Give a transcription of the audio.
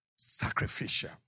sacrificial